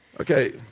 Okay